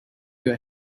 your